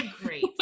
great